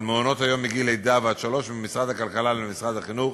על מעונות-היום מגיל לידה ועד שלוש ממשרד הכלכלה למשרד החינוך.